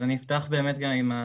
אז אני אפתח עם הנתונים,